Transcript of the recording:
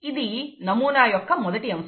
ఇది నమూనా యొక్క మొదటి అంశం